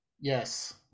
Yes